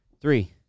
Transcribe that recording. Three